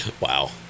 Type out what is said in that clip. Wow